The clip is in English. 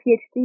PhD